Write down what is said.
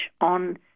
on